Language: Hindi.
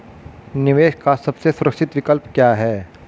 निवेश का सबसे सुरक्षित विकल्प क्या है?